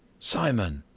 simon!